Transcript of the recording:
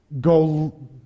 go